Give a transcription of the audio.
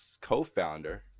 co-founder